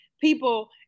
people